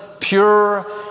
pure